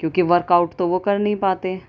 کیونکہ workout تو وہ کر نہیں پاتے